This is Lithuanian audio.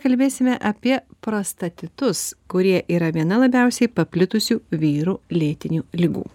kalbėsime apie prostatitus kurie yra viena labiausiai paplitusių vyrų lėtinių ligų